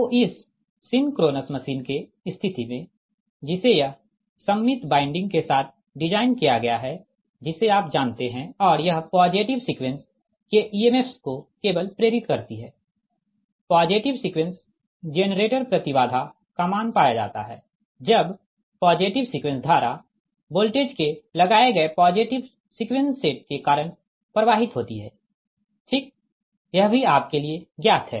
तो इस synchronous machine के स्थिति में जिसे यह सममित वाइंडिंग के साथ डिज़ाइन किया गया है जिसे आप जानते है और यह पॉजिटिव सीक्वेंस के इएमएफ को केवल प्रेरित करती है पॉजिटिव सीक्वेंस जेनरेटर प्रति बाधा का मान पाया जाता है जब पॉजिटिव सीक्वेंस धारा वोल्टेज के लगाए गए पॉजिटिव सीक्वेंस सेट के कारण प्रवाहित होती है ठीक यह भी आप के लिए ज्ञात है